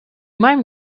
meinem